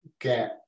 get